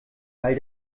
weil